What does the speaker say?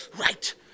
Right